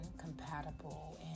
compatible